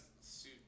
Suit